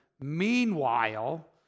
Meanwhile